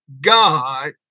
God